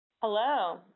Hello